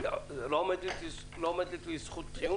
האם לא עומדת לי זכות טיעון כזו?